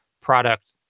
product